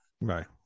Right